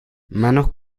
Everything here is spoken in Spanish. manos